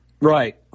Right